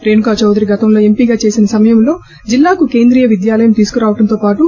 రేణుకాచౌదరి గతంలో ఎంపీగా చేసిన సమయంలో జిల్లాకు కేంద్రీయ విద్యాలయం తీసుకురావడంతో పాటు